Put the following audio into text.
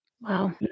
Wow